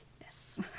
Yes